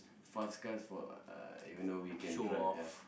fast cars for uh even though we can drive ya